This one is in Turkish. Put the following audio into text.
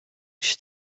kişi